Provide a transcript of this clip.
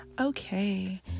okay